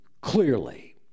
clearly